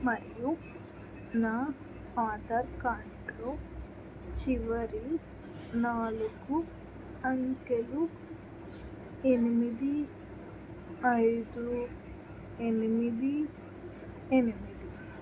మరియు నా ఆధార్ కార్డ్లో చివరి నాలుగు అంకెలు ఎనిమిది ఐదు ఎనిమిది ఎనిమిది